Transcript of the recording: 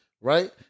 right